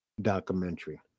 Documentary